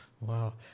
Wow